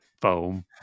foam